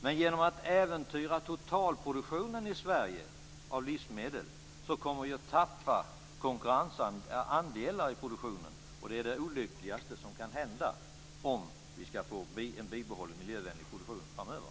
Men genom att äventyra totalproduktionen av livsmedel i Sverige kommer vi att tappa andelar i produktionen, och det är det olyckligaste som kan hända om vi ska bibehålla den miljövänliga produktionen framöver.